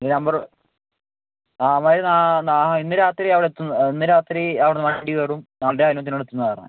ഈ നമ്പർ അവന്മാർ ഇന്ന് രാത്രി അവിടെ എത്തും ഇന്ന് രാത്രി അവിടുന്ന് വണ്ടി കയറും മണ്ടേ അതിനടുത്ത് എത്തുമെന്നാണ് പറഞ്ഞത്